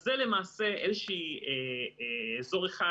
אז זה למעשה איזשהו אזור אחד,